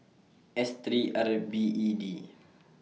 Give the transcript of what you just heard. S three R L B E D